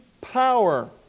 power